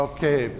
Okay